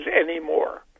anymore